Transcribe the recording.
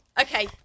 okay